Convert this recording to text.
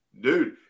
dude